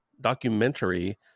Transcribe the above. documentary